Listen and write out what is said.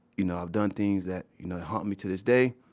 you know i've done things that you know haunt me to this day.